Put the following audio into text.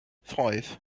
five